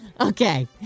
Okay